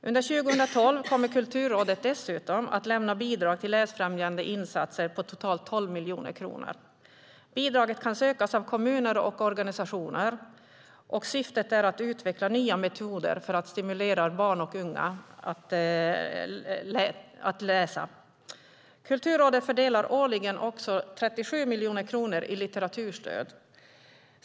Under 2012 kommer Kulturrådet dessutom att lämna bidrag till läsfrämjande insatser på totalt 12 miljoner kronor. Bidraget kan sökas av kommuner och organisationer, och syftet är att utveckla nya metoder för att stimulera barn och unga att läsa. Kulturrådet fördelar också 37 miljoner kronor årligen i litteraturstöd.